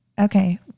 Okay